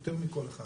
יותר מכל אחד,